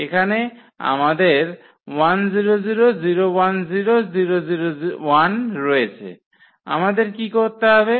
এখানে আমাদের এবং রয়েছে আমাদের কি করতে হবে